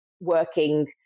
working